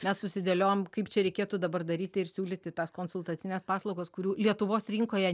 mes susidėliojom kaip čia reikėtų dabar daryti ir siūlyti tas konsultacines paslaugas kurių lietuvos rinkoje